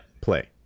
play